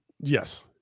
Yes